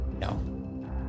No